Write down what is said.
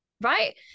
right